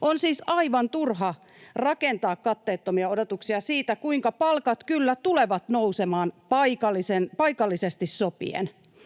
On siis aivan turha rakentaa katteettomia odotuksia siitä, kuinka palkat kyllä tulevat nousemaan paikallisesti sopien.